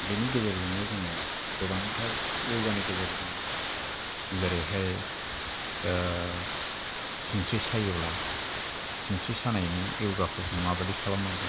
बेनि गेजेरजोंनो जोङो गोबांथार य'गानि गेजेरजों जेरैहाय सिनस्रि सायोब्ला सिनस्रि सानायनि य'गाखौ जों माबादि खालामनांगौ